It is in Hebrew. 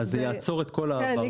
זה יעצור את כל ההעברות.